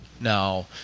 Now